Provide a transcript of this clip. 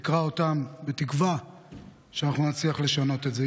אקרא אותם, בתקווה שאנחנו נצליח לשנות את זה.